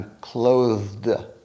clothed